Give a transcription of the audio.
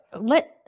let